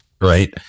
right